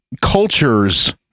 cultures